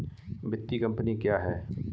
वित्तीय कम्पनी क्या है?